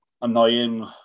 annoying